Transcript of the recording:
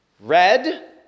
Red